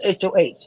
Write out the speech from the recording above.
HOH